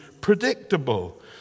predictable